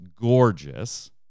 gorgeous